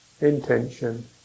intention